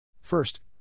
First